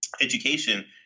education